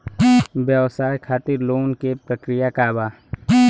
व्यवसाय खातीर लोन के प्रक्रिया का बा?